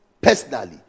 personally